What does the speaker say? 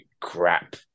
crap